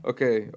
Okay